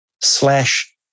slash